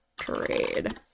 trade